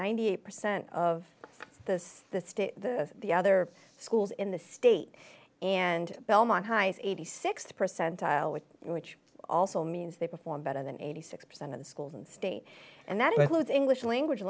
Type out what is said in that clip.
ninety eight percent of the the state the other schools in the state and belmont highs th percentile with which also means they perform better than eighty six percent of the schools and state and that includes english language